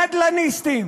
נדל"ניסטים,